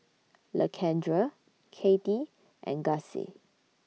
Lakendra Katie and Gussie